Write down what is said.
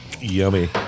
Yummy